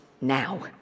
now